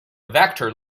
vector